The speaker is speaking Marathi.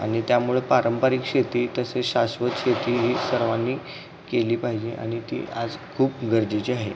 आणि त्यामुळं पारंपरिक शेती तसेच शाश्वत शेती ही सर्वांनी केली पाहिजे आणि ती आज खूप गरजेची आहे